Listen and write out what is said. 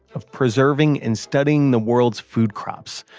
of preserving and studying the world's food crops,